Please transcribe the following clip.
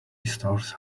restores